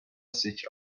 sich